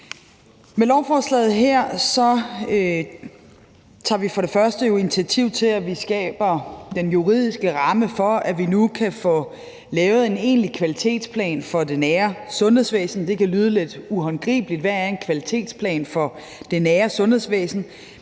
Med lovforslaget her tager vi for det første jo initiativ til, at vi skaber den juridiske ramme for, at vi nu kan få lavet en egentlig kvalitetsplan for det nære sundhedsvæsen. Det kan lyde lidt uhåndgribeligt: Hvad er en kvalitetsplan for det nære sundhedsvæsen?